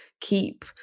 keep